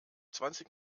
zwanzig